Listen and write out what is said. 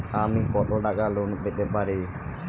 আমি কত টাকা লোন পেতে পারি?